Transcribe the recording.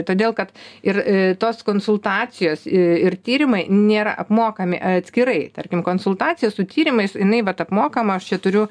todėl kad ir tos konsultacijos ir tyrimai nėra apmokami atskirai tarkim konsultacija su tyrimais jinai vat apmokama aš čia turiu